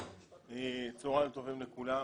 צהריים טובים לכולם,